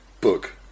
book